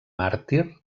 màrtir